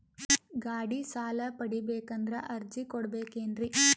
ಗಾಡಿ ಸಾಲ ಪಡಿಬೇಕಂದರ ಅರ್ಜಿ ಕೊಡಬೇಕೆನ್ರಿ?